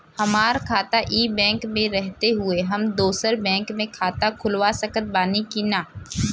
हमार खाता ई बैंक मे रहते हुये हम दोसर बैंक मे खाता खुलवा सकत बानी की ना?